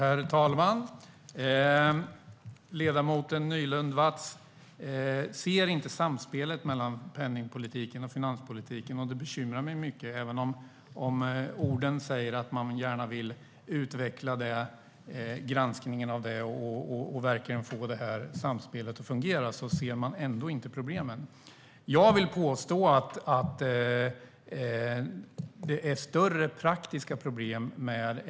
Herr talman! Ledamoten Nylund Watz ser inte samspelet mellan penningpolitiken och finanspolitiken, och det bekymrar mig mycket. Även om orden säger att man gärna vill utveckla granskningen och verkligen få samspelet att fungera ser man ändå inte problemen. Jag vill påstå att det är större praktiska problem.